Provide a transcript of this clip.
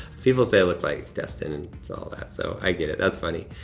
people say i look like destin and all that, so i get it, that's funny.